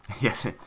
Yes